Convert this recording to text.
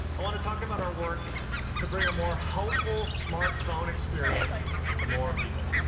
i want to talk about our work to bring a more hopeful smartphone experience to more people.